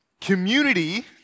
Community